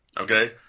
okay